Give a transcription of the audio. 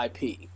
IP